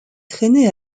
traînée